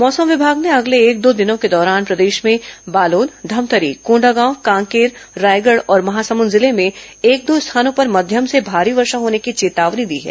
मौसम विभाग ने अगले एक दो दिनों के दौरान प्रदेश में बालोद धमतरी कोंडागांव कांकेर रायगढ़ और महासमुंद जिले में एक दो स्थानों पर मध्यम से भारी वर्षा होने की चेतावनी दी है